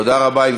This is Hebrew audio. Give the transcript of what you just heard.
תודה רבה.